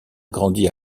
grandi